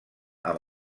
amb